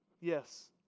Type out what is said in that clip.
Yes